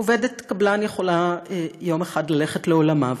עובדת קבלן יכולה יום אחד ללכת לעולמה,